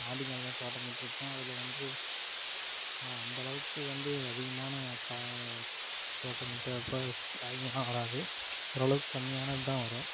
மாடி மேலேலான் தோட்டமிட்டுயிருப்பன் அதில் வந்து அந்தளவுக்கு வந்து அதிகமான கா தோட்டமிட்ட அப்போ காய்ங்கலாம் வராது ஓரளவுக்கு கம்மியானது தான் வரும்